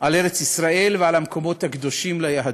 על ארץ ישראל ועל המקומות הקדושים ליהדות.